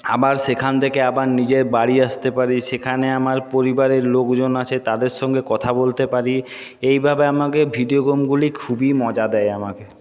আবার সেখান থেকে আবার নিজের বাড়ি আসতে পারি সেখানে আমার পরিবারের লোকজন আছে তাদের সঙ্গে কথা বলতে পারি এইভাবে আমাকে ভিডিও গেমগুলি খুবই মজা দেয় আমাকে